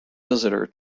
visitor